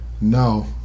No